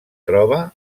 troba